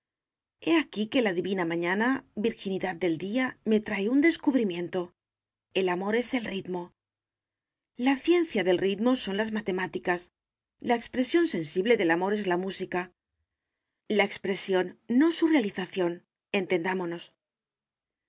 he aquí que la divina mañana virginidad del día me trae un descubrimiento el amor es el ritmo la ciencia del ritmo son las matemáticas la expresión sensible del amor es la música la expresión no su realización entendámonos